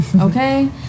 Okay